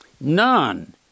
None